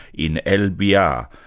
in el-biar,